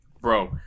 Bro